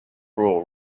rule